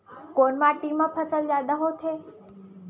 कोन माटी मा फसल जादा होथे?